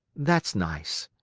that's nice,